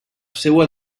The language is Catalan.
seua